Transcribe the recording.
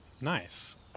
Nice